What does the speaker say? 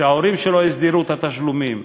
שההורים שלו הסדירו את התשלומים.